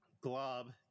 Glob